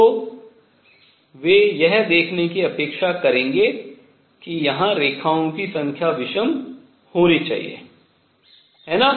तो वे यह देखने की अपेक्षा करेंगे कि यहाँ रेखाओं की संख्या विषम होनी चाहिए है ना